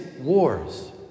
wars